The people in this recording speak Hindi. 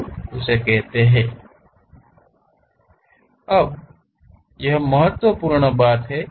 यह महत्वपूर्ण बात हैं